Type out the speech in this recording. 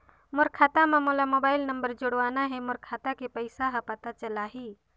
मोर खाता मां मोला मोबाइल नंबर जोड़वाना हे मोर खाता के पइसा ह पता चलाही?